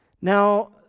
Now